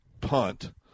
punt